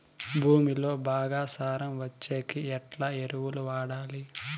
భూమిలో బాగా సారం వచ్చేకి ఎట్లా ఎరువులు వాడాలి?